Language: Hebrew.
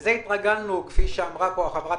לזה התרגלנו, כפי שאמרה חברת